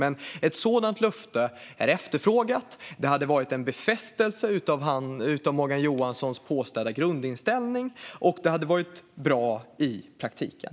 Men ett sådant löfte är efterfrågat. Det skulle befästa hans påstådda grundinställning, och det skulle vara bra i praktiken.